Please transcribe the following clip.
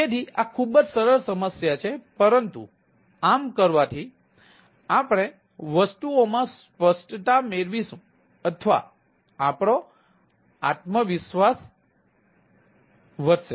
તેથી આ ખૂબ જ સરળ સમસ્યા છે પરંતુ આમ કરવાથી આપણે વસ્તુઓમાં સ્પષ્ટતા મેળવીશું અથવા આપણો આત્મવિશ્વાસ વધશે